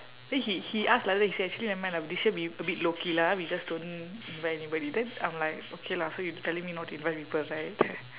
then he he ask like that he say actually nevermind lah this year we a bit low key lah we just don't invite anybody then I'm like okay lah so you telling me not to invite people right